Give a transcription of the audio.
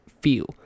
feel